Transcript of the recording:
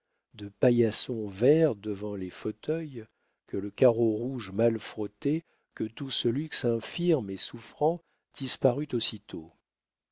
de paillassons verts devant les fauteuils que le carreau rouge mal frotté que tout ce luxe infirme et souffrant disparut aussitôt